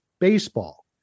baseball